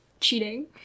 Cheating